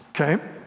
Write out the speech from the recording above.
okay